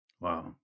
wow